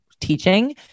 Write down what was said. teaching